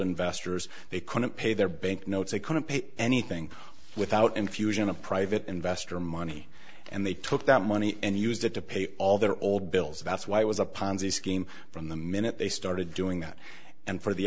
investors they couldn't pay their banknotes they couldn't pay anything without infusion of private investor money and they took that money and used it to pay all their old bills that's why it was a ponzi scheme from the minute they started doing that and for the